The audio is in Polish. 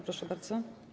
Proszę bardzo.